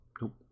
nope